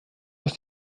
ist